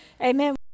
Amen